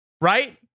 Right